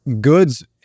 goods